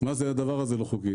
"מה זה הדבר הזה, לא חוקי?